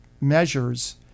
measures